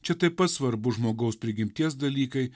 čia taip pat svarbus žmogaus prigimties dalykai